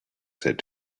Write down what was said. said